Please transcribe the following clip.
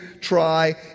try